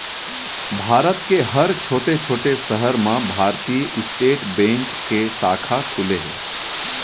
भारत के हर छोटे छोटे सहर म भारतीय स्टेट बेंक के साखा खुले हे